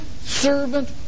servant